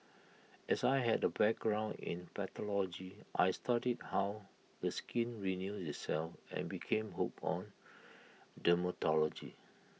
as I had A background in pathology I studied how the skin renews itself and became hooked on dermatology